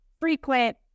frequent